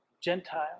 Gentile